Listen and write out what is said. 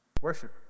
Worship